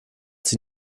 sie